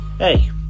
Hey